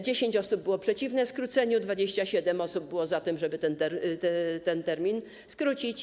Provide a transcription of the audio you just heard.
10 osób było przeciwnych skróceniu, 27 osób było za tym, żeby ten termin skrócić.